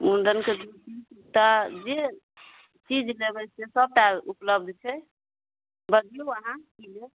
मुण्डनके जे तऽ जे चीज लेबय से सबटा उपलब्ध छै बजियौ अहाँ की लेब